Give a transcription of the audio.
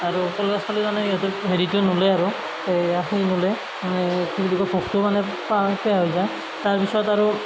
আৰু কলগছ খালে মানে সিহঁতৰ হেৰিটো নোলাই আৰু গাখীৰ নোলাই মানে কি বুলি কয় ভোকটো মানে প্ৰায় শেষে হৈ যায় তাৰপিছত আৰু